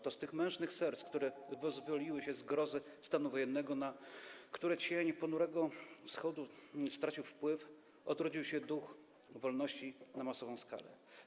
To z tych mężnych serc, które wyzwoliły się z grozy stanu wojennego, na które cień ponurego Wschodu stracił wpływ, odrodził się duch wolności na masową skalę.